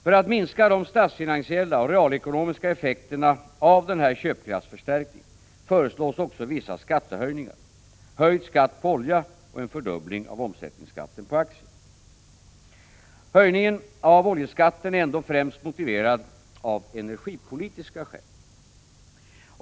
För att minska de statsfinansiella och realekonomiska effekterna av denna köpkraftsförstärkning föreslås också vissa skattehöjningar: höjd skatt på olja och en fördubbling av omsättningsskatten på aktier. Höjningen av oljeskatten är ändå främst motiverad av energipolitiska skäl.